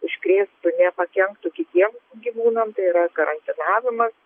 iškrėstų nepakenktų kitiem gyvūnam tai yra karantinavimas